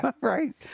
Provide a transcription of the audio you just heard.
Right